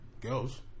Girls